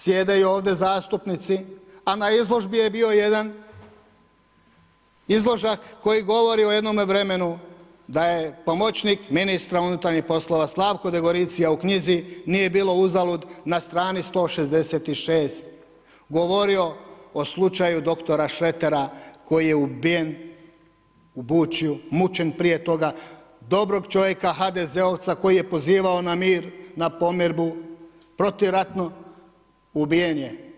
Sjede i ovdje zastupnici, a na izložbi je bio jedan izložak koji govori o jednome vremenu da je pomoćnik ministra unutarnjih poslova Slavko Degoricija u knjizi „Nije bilo uzalud“ na strani 166 govorio o slučaju dr. Šretera koji je ubije u Bučju, mučen prije toga, dobrog čovjeka HDZ-ovca koji je pozivao na mir, na pomirbu, protiv ratno ubijen.